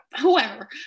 whoever